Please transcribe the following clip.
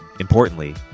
Importantly